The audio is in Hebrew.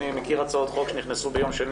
אני מכיר הצעות חוק שנכנסו ביום שני